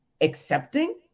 accepting